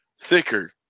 thicker